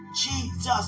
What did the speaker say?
Jesus